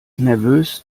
nervös